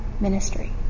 ministry